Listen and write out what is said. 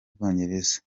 bwongereza